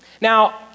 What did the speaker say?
Now